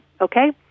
Okay